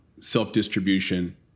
self-distribution